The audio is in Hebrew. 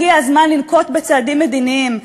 הגיע הזמן לנקוט צעדים מדיניים,